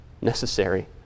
necessary